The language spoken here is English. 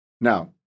Now